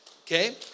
Okay